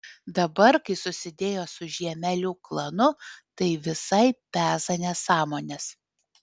dabar kai susidėjo su žiemelių klanu tai visai peza nesąmones